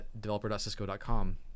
developer.cisco.com